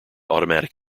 automatic